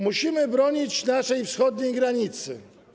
Musimy bronić naszej wschodniej granicy.